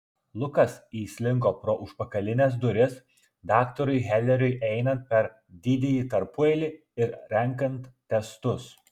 lukas įslinko pro užpakalines duris daktarui heleriui einant per didįjį tarpueilį ir renkant testus